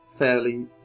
fairly